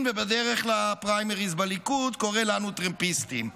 ובדרך לפריימריז בליכוד קורא לנו טרמפיסטים.